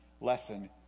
lesson